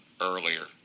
earlier